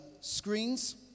screens